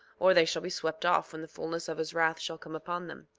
or they shall be swept off when the fulness of his wrath shall come upon them.